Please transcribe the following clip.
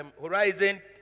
horizon